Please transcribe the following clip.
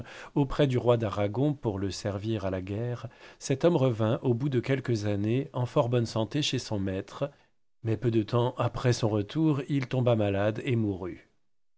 auprès du roi d'arragon pour le servir à la guerre cet homme revint au bout de quelques années en fort bonne santé chez son maître mais peu de tems après son retour il tomba malade et mourut